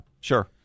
sure